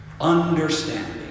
understanding